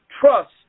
trust